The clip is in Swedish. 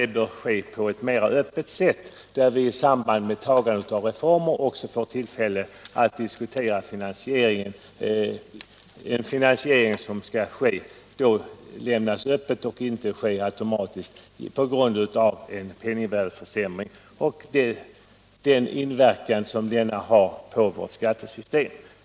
Ett fortsatt reformarbete kommer givetvis att ske även i fortsättningen, men hur finansieringen av detta skall ske bör då på ett mer öppet sätt diskuteras i samband med besluten om reformer. Finansieringen av utbyggnaden av den offentliga sektorn skall inte lösas genom inflationen och den inverkan denna har på vårt skattesystem.